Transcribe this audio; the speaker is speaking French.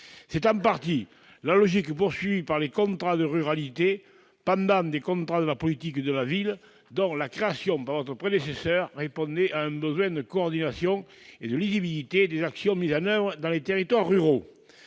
C'est en partie la logique poursuivie par les contrats de ruralité- pendant des contrats de la politique de la ville -, dont la création par votre prédécesseur répondait à un besoin de coordination et de lisibilité des actions mises en oeuvre dans les territoires ruraux.